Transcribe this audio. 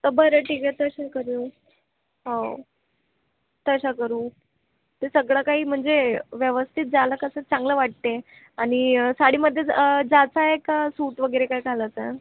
बरं ठीक आहे तसं करू हो तसं करू ते सगळं काही म्हणजे व्यवस्थित झालं कसं चांगलं वाटते आणि साडीमध्ये जायचं आहे का सूट वगैरे काही घालायचं आहे